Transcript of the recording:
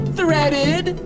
threaded